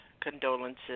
condolences